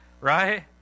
right